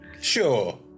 Sure